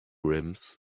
rims